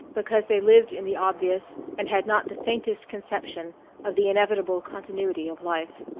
because they lived in the obvious and had not the faintest conception of the inevitable continuity of life.